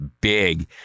big